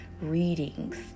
readings